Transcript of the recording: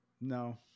no